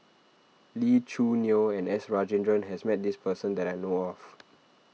Lee Choo Neo and S Rajendran has met this person that I know of